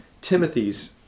Timothy's